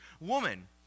woman